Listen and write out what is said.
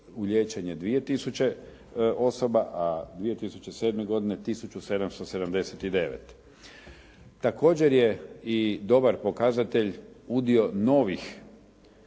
u liječenje 2 tisuće osoba, a 2007. godine tisuću 779. Također je i dobar pokazatelj udio novih